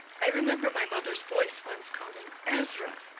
i remember my mother's voice once calling, ezra!